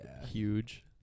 huge